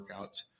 workouts